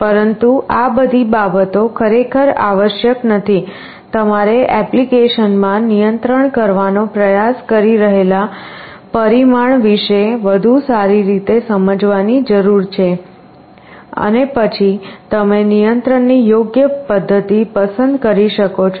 પરંતુ આ બધી બાબતો ખરેખર આવશ્યક નથી તમારે ઍપ્લિકેશન માં નિયંત્રણ કરવાનો પ્રયાસ કરી રહેલા પરિમાણ વિશે વધુ સારી રીતે સમજવાની જરૂર છે અને પછી તમે નિયંત્રણની યોગ્ય પદ્ધતિ પસંદ કરી શકો છો